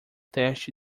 teste